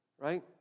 right